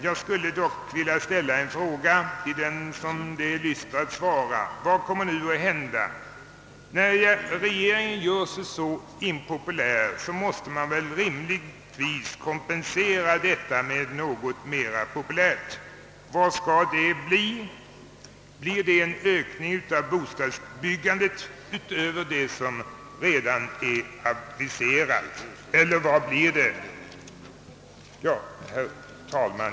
Jag skulle dock vilja ställa en fråga till den det lyster att svara. Vad kommer nu att hända? När regeringen gör sig så impopulär måste den väl rimligtvis kompensera detta med något mera populärt. Vad skall det bli? Blir det en ökning av bostadsbyggandet utöver det som redan är aviserat eller vad blir det? Herr talman!